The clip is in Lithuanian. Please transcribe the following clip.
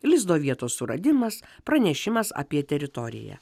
lizdo vietos suradimas pranešimas apie teritoriją